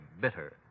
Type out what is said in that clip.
bitter